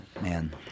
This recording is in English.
man